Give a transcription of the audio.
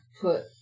put